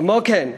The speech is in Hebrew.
כמו כן,